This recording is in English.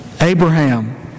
Abraham